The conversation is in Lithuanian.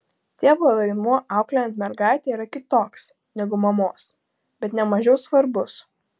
tėvo vaidmuo auklėjant mergaitę yra kitoks negu mamos bet ne mažiau svarbus